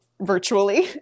virtually